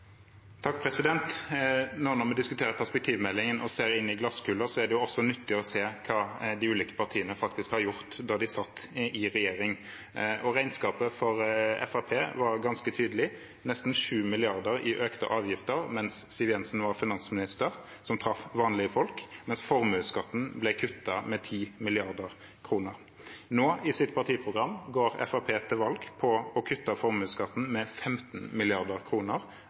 Nå når vi diskuterer perspektivmeldingen og ser inn i glasskula, er det også nyttig å se hva de ulike partiene faktisk har gjort mens de satt i regjering. Regnskapet for Fremskrittspartiet var ganske tydelig: nesten 7 mrd. kr i økte avgifter mens Siv Jensen var finansminister, som traff vanlige folk, mens formuesskatten ble kuttet med 10 mrd. kr. Nå, i sitt partiprogram, går Fremskrittspartiet til valg på å kutte formuesskatten med 15